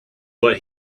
but